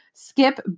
skip